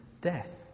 death